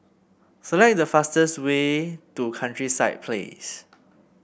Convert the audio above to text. select the fastest way to Countryside Place